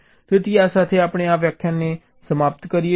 તેથી આ સાથે આપણે આ વ્યાખ્યાનને સમાપ્ત કરીએ છીએ